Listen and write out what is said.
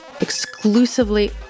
exclusively